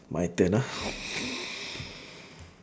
my turn ah